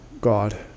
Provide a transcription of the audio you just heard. God